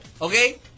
okay